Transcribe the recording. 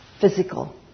physical